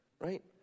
right